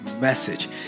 message